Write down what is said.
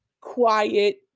quiet